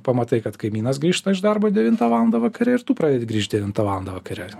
pamatai kad kaimynas grįžta iš darbo devintą valandą vakare ir tu pradedi grįžt devintą valandą vakare